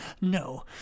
No